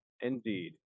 Indeed